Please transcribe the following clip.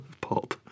Pop